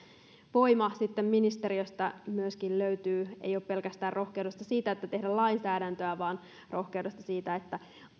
voima myös ministeriöstä löytyy rohkeudessa ei ole kyse pelkästään siitä että tehdään lainsäädäntöä vaan myös siitä että